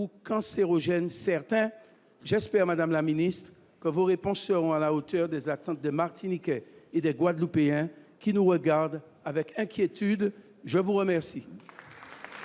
cancérogène certain, j'espère, Madame la Ministre, que vos réponses seront à la hauteur des attentes des Martiniquais et des Guadeloupéens qui nous regardent avec inquiétude, je vous remercie.